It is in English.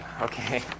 Okay